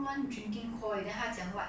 then I thought it's the passion fruit